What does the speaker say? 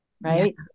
right